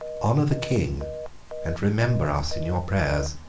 honour the king and remember us in your prayers.